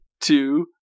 two